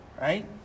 right